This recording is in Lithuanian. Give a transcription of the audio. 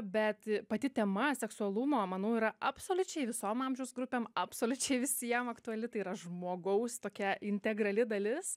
bet pati tema seksualumo manau yra absoliučiai visom amžiaus grupėms absoliučiai visiem aktuali tai yra žmogaus tokia integrali dalis